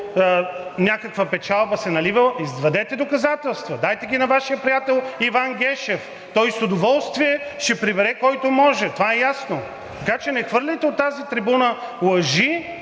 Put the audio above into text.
някаква печалба се наливала. Извадете доказателства! Дайте ги на Вашия приятел Иван Гешев. Той с удоволствие ще прибере който може, това е ясно. Така че не хвърляйте от тази трибуна лъжи